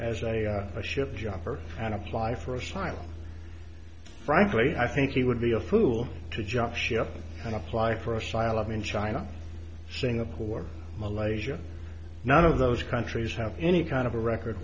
as a ship jumper and apply for asylum frankly i think it would be a fool to jump ship and apply for asylum in china singapore malaysia none of those countries have any kind of a record